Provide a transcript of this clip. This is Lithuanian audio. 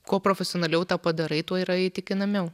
kuo profesionaliau tą padarai tuo yra įtikinamiau